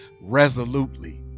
resolutely